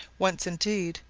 once, indeed,